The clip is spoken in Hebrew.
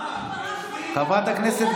חברת הכנסת,